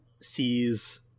sees